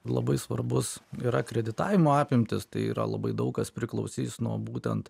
labai svarbus yra kreditavimo apimtys tai yra labai daug kas priklausys nuo būtent